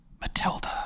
Matilda